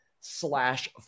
slash